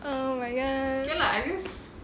oh my god